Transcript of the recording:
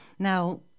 Now